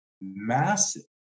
massive